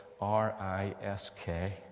R-I-S-K